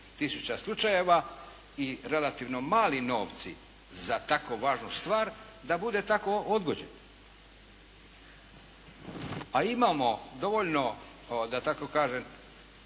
tisuća slučajeva i relativno mali novci za tako važnu stvar da bude tako odgođena. A imamo dovoljno da tako kažem,